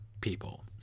people